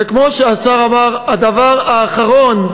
וכמו שהשר אמר, הדבר האחרון,